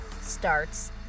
starts